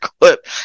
clip